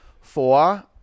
Four